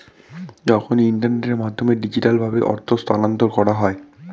যখন ইন্টারনেটের মাধ্যমে ডিজিটালভাবে অর্থ স্থানান্তর করা হয়